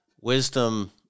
wisdom